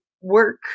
work